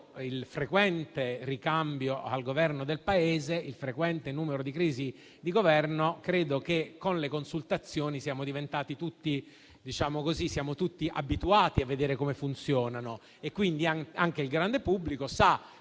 il frequente ricambio al Governo del Paese e il frequente numero di crisi di Governo, credo che siamo tutti abituati a vedere come funzionano le consultazioni ed anche il grande pubblico sa